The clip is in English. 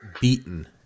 beaten